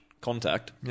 contact